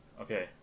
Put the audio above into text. Okay